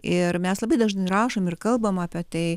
ir mes labai dažnai rašom ir kalbam apie tai